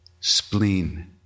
spleen